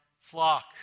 flock